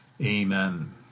Amen